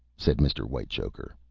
said mr. whitechoker.